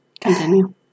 Continue